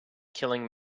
killing